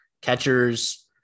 catchers